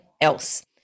else